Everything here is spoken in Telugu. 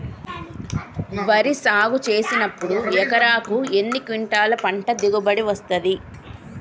వరి సాగు చేసినప్పుడు ఎకరాకు ఎన్ని క్వింటాలు పంట దిగుబడి వస్తది?